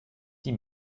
die